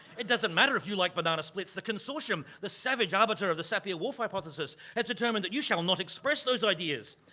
it doesn't matter if you like banana splits. the consortium, the savage arbiter of the sapir-whorf hypothesis, had determined that you shall not express those ideas,